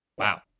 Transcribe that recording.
Wow